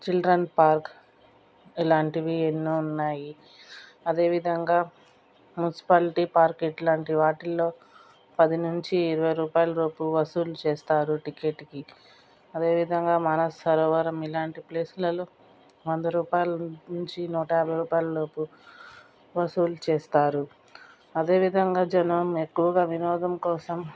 children park ఇలాంటివి ఎన్నో ఉన్నాయి అదేవిధంగా మున్సిపాలిటీ మార్కెట్ లాంటి వాటిలో పది నుంచి ఇరవై రూపాయలు డబ్బు వసూలు చేస్తారు టికెట్కి అదేవిధంగా మానస సరోవరం ఇలాంటి ప్లేస్లలో వంద రూపాయలు నుంచి నూట యాభై రూపాయల లోపు వసూలు చేస్తారు అదేవిధంగా జనం ఎక్కువగా వినోదం కోసం